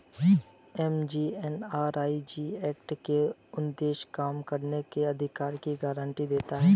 MGNREG act का उद्देश्य काम करने के अधिकार की गारंटी देना है